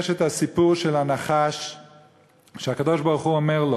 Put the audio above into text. יש את הסיפור של הנחש שהקדוש-ברוך-הוא אומר לו: